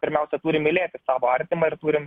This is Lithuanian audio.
pirmiausia turim mylėti savo artimą ir turim